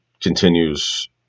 continues